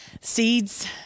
seeds